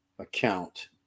Account